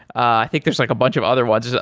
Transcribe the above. i think there's like a bunch of other ones. ah